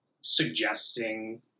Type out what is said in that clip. suggesting